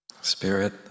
spirit